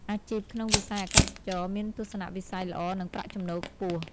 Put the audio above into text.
អាជីពក្នុងវិស័យអាកាសចរណ៍មានទស្សនវិស័យល្អនិងប្រាក់ចំណូលខ្ពស់។